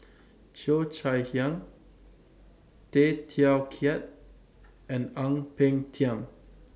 Cheo Chai Hiang Tay Teow Kiat and Ang Peng Tiam